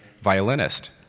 violinist